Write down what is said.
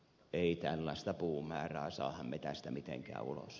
ei tällasta puumäärää saaha metästä mitenkään ulos